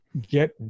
get